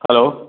hello